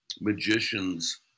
magicians